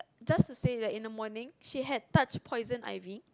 just to say that in the morning she had touched poison ivy